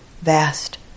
vast